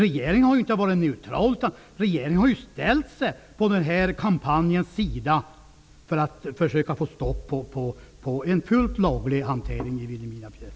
Regeringen har inte varit neutral utan har ställt sig bakom kampanjen för att försöka få stopp på en fullt laglig hantering i Vilhelmina fjällområde.